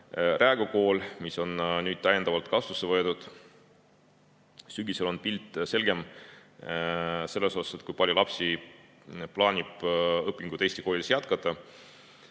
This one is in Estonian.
kool, mis on nüüd täiendavalt kasutusse võetud. Sügisel on pilt selgem, kui palju lapsi plaanib õpinguid Eesti koolides jätkata.